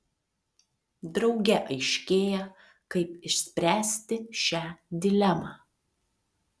drauge aiškėja kaip išspręsti šią dilemą